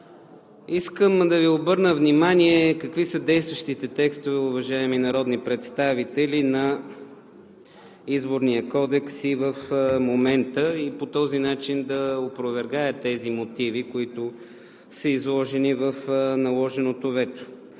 Искам да Ви обърна внимание какви са действащите текстове, уважаеми народни представители, на Изборния кодекс и в момента и по този начин да опровергая тези мотиви, които са изложени в наложеното вето.